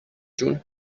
جون